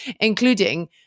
including